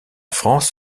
france